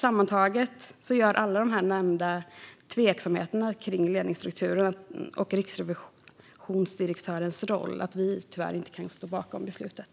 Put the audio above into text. Sammantaget gör alla de nämnda tveksamheter kring ledningsstrukturen och riksrevisionsdirektörens roll att vi tyvärr inte kan stå bakom beslutet.